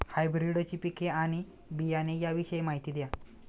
हायब्रिडची पिके आणि बियाणे याविषयी माहिती द्या